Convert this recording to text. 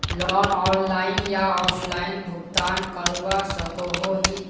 Loan online या offline भुगतान करवा सकोहो ही?